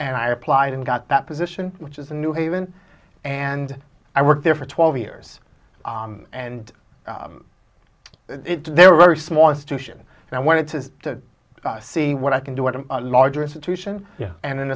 and i applied and got that position which is in new haven and i worked there for twelve years and they were very small institution and i wanted to see what i can do at a larger institution and an